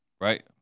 right